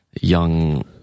young